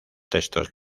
textos